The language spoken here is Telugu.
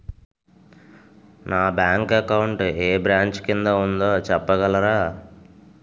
నా బ్యాంక్ అకౌంట్ ఏ బ్రంచ్ కిందా ఉందో చెప్పగలరా?